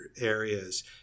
areas